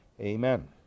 Amen